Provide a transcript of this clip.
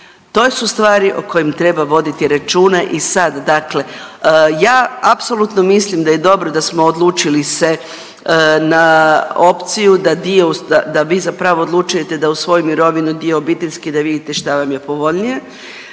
to su stvari o kojim treba voditi računa i sad. Dakle ja apsolutno mislim da je dobro da smo odlučili se na opciju da dio, da vi zapravo odlučujete da uz svoju mirovinu dio obiteljske da vidite šta vam je povoljnije,